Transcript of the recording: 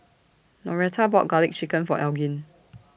Noretta bought Garlic Chicken For Elgin